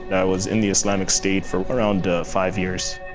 and i was in the islamic state for around five years.